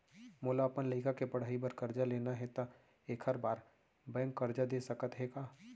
मोला अपन लइका के पढ़ई बर करजा लेना हे, त एखर बार बैंक करजा दे सकत हे का?